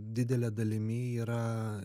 didele dalimi yra